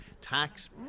tax